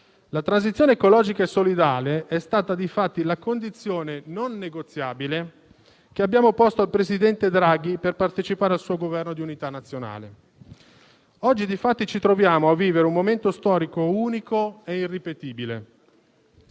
La transizione ecologica e solidale è stata difatti la condizione non negoziabile che abbiamo posto al presidente Draghi per partecipare al suo Governo di unità nazionale. Oggi ci troviamo infatti a vivere un momento storico unico e irripetibile.